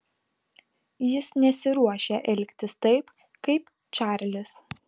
jis nesiruošia elgtis taip kaip čarlis